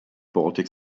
baltic